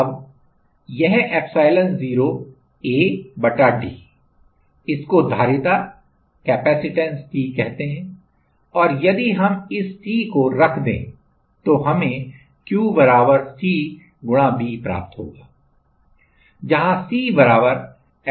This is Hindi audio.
अब यह epsilon0 A d इसको धारिता C कहते हैं और यदि हम इस C को रख दें तो हमें Q C V प्राप्त होगा जहाँ C epsilon0 A d है